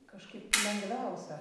kažkaip lengviausia